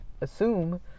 assume